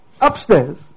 upstairs